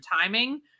timing